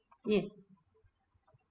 yes